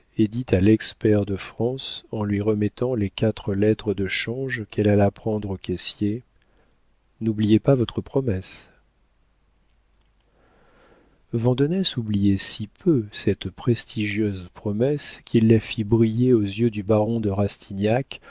dit à lex pair de france en lui remettant les quatre lettres de change qu'elle alla prendre au caissier n'oubliez pas votre promesse vandenesse oubliait si peu cette prestigieuse promesse qu'il la fit briller aux yeux du baron de